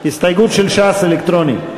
הסתייגות של ש"ס אלקטרוני.